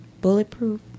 Bulletproof